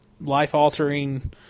life-altering